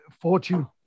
fortune